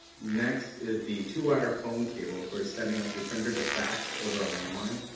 next is the two wire phone cable for setting up your printer to fax over a lan-line.